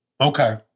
okay